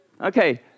Okay